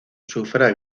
sufra